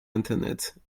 internet